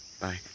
Bye